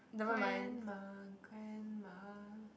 grandma grandma